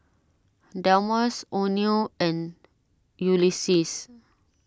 Delmus oneal and Ulises